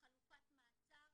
חלופת מעצר,